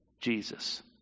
Jesus